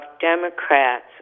Democrats